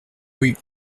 rue